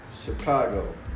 Chicago